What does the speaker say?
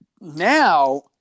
Now